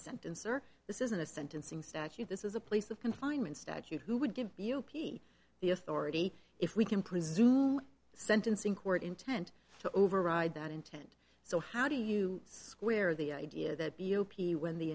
sentence or this isn't a sentencing statute this is a place of confinement statute who would give you pete the authority if we can presume sentencing court intent to override that intent so how do you square the idea that b o p when the